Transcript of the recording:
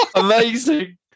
Amazing